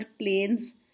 planes